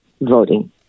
voting